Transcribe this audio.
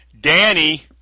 Danny